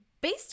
based